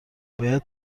باید